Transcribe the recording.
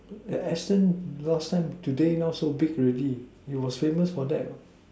Astons last time today now so big already it was famous for that